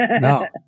No